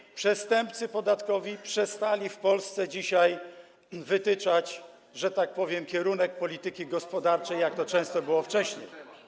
I przestępcy podatkowi przestali w Polsce dzisiaj wytyczać, że tak powiem, kierunek polityki gospodarczej, jak to często było wcześniej.